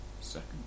second